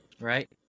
Right